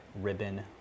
ribbon